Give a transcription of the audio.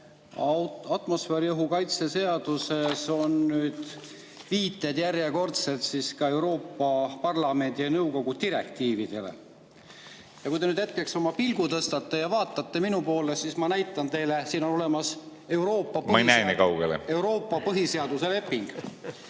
atmosfääriõhu kaitse seaduses on nüüd viited järjekordselt ka Euroopa Parlamendi ja nõukogu direktiividele. Ja kui te nüüd hetkeks oma pilgu tõstate ja vaatate minu poole, siis ma näitan teile, siin on olemas Euroopa ...